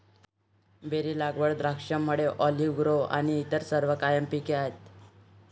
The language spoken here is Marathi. बेरी लागवड, द्राक्षमळे, ऑलिव्ह ग्रोव्ह आणि इतर सर्व कायम पिके आहेत